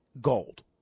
Gold